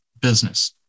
business